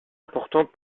importante